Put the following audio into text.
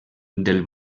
del